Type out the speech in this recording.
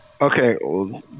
Okay